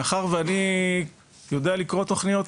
מאחר ואני יודע לקרוא תוכניות,